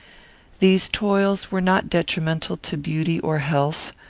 these toils were not detrimental to beauty or health.